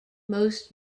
most